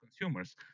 consumers